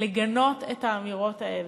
לגנות את האמירות האלה,